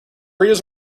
readers